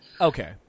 Okay